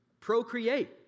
procreate